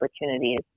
opportunities